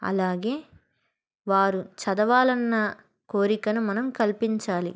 అలాగే వారు చదవాలన్న కోరికను మనం కల్పించాలి